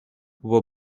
were